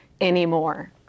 anymore